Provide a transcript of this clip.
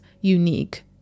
unique